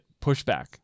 pushback